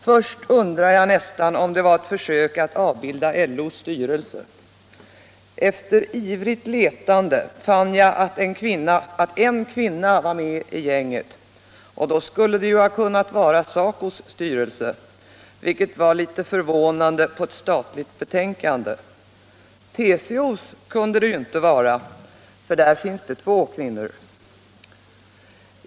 Först undrade jag nästan om det var ett försök att avbilda LÖ:s styrelse. Efter ivrigt letande fann jag dock att en kvinna var med i gänget, och då skulle det ju kunna vara SACO:s styrelse, vilket var lite förvånande på ett statligt betänkande. TCO:s kunde det inte vara, för där finns ju två kvinnor!